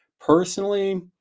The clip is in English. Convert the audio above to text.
personally